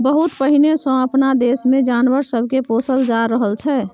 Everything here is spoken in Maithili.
बहुत पहिने सँ अपना देश मे जानवर सब के पोसल जा रहल छै